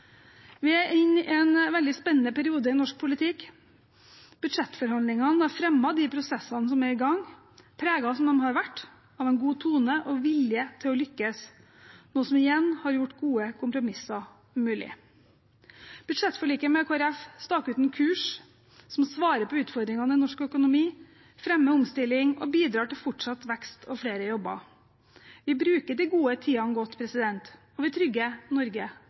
Vi er inne i en veldig spennende periode i norsk politikk. Budsjettforhandlingene har fremmet de prosessene som er i gang, preget som de har vært av en god tone og vilje til å lykkes, noe som igjen har gjort gode kompromisser mulig. Budsjettforliket med Kristelig Folkeparti staker ut en kurs som svarer på utfordringene i norsk økonomi, fremmer omstilling og bidrar til fortsatt vekst og flere jobber. Vi bruker de gode tidene godt, og vi trygger Norge